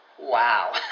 Wow